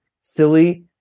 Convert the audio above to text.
silly